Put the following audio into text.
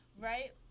Right